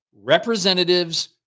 representatives